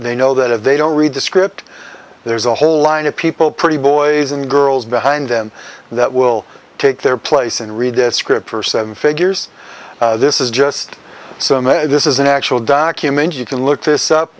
they know that if they don't read the script there's a whole line of people pretty boys and girls behind them that will take their place and read a script for seven figures this is just so this is an actual document you can look this up